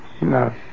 No